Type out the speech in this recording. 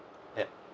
ya